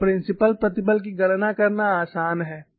और प्रिंसिपल प्रतिबल की गणना करना आसान है